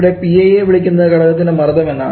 ഇവിടെ Pi യെ വിളിക്കുന്നത് ഘടകത്തിൻറെ മർദ്ദം എന്നാണ്